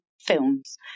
films